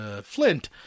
Flint